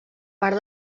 part